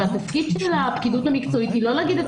והתפקיד של הפקידות המקצועית הוא לא להגיד את